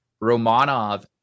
Romanov